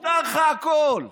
מותר לך הכול,